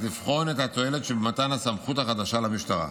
לבחון את התועלת שבמתן הסמכות החדשה למשטרה.